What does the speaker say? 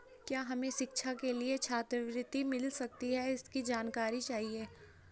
क्या हमें शिक्षा के लिए छात्रवृत्ति मिल सकती है इसकी जानकारी चाहिए?